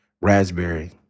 raspberry